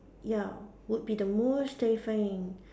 ya would be the most terrifying